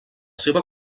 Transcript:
seva